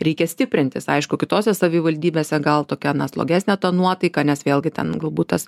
reikia stiprintis aišku kitose savivaldybėse gal tokia na slogesnė ta nuotaika nes vėlgi ten galbūt tas